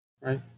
Right